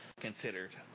considered